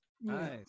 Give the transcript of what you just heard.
Nice